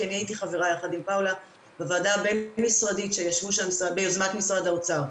כי אני הייתי חברה יחד עם פאולה בוועדה הבין-משרדית ביוזמת משרד האוצר,